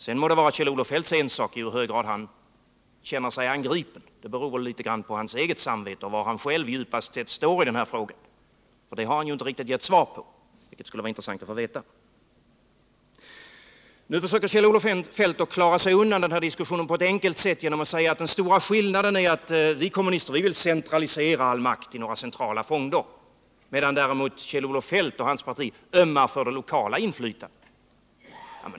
Sedan må det vara Kjell-Olof Feldts ensak i hur hög grad han känner sig angripen. Det beror väl litet grand på hans eget samvete och var han själv djupast sett står i den här frågan. Det har han ju inte riktigt gett svar på, och det skulle vara intressant att få veta. Nu försöker Kjell-Olof Feldt klara sig undan den här diskussionen på ett enkelt sätt genom att säga att den stora skillnaden är att vi kommunister vill centralisera all makt i några centrala fonder, medan däremot Kjell-Olof Feldt och hans parti ömmar för det lokala inflytandet.